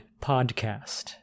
Podcast